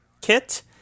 kit